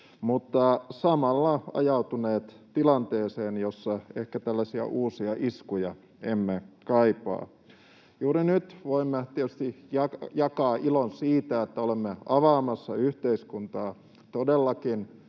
mutta samalla ajautuneet tilanteeseen, jossa ehkä tällaisia uusia iskuja emme kaipaa. Juuri nyt voimme tietysti jakaa ilon siitä, että olemme avaamassa yhteiskuntaa. Todellakin